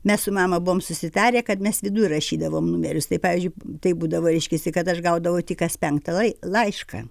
mes su mama buvom susitarę kad mes viduj rašydavom numerius tai pavyzdžiui taip būdavo reiškiasi kad aš gaudavau tik las penktą lai laišką